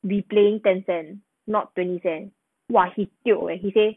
we playing ten cent not twenty cent !wah! he tiok he said